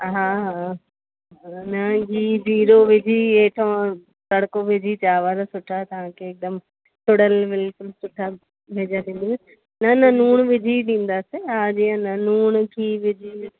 हा हा न जी जीरो विझी हेठां तड़को विझी चांवर सुठा तव्हांखे हिकदमि छुड़ल बिल्कुलु सुठा भेजंदीमाव न न लूण विझी ई ॾींदासीं हा जीअं न लूण विझी